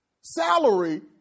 salary